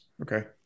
Okay